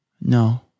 No